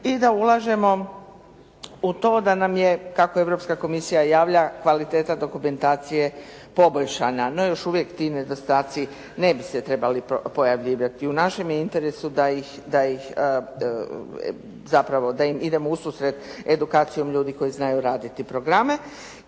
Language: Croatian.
i da ulažemo u to da nam je kako Europska komisija javlja, kvaliteta dokumentacije poboljšana, no još uvijek ti nedostaci ne bi se trebali pojavljivati. U našem je interesu da ih zapravo da im idemo u susret edukacijom ljudi koji znaju raditi programe.